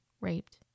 raped